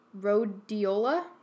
rhodiola